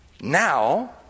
Now